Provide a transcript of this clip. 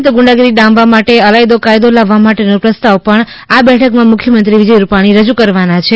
ઉપરાંત ગુંડાગીરી ડામવા માટે અલાયદો કાયદો લાવવા માટેનો પ્રસ્તાવ પણ આ બેઠકમાં મુખ્યમંત્રી વિજય રૂપાણી રજૂ કરવાના છે